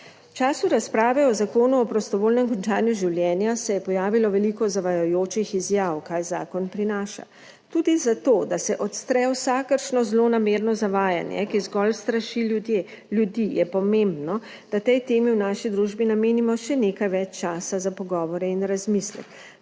času razprave o zakonu o prostovoljnem končanju življenja se je pojavilo veliko zavajajočih izjav, kaj zakon prinaša, tudi zato, da se odstre vsakršno zlonamerno zavajanje, ki zgolj straši ljudje, ljudi, je pomembno, da tej temi v naši družbi namenimo še nekaj več časa za pogovore in razmislek,